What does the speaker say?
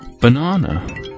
banana